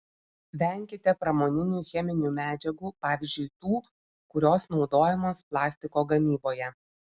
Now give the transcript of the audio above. venkite pramoninių cheminių medžiagų pavyzdžiui tų kurios naudojamos plastiko gamyboje